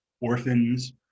orphans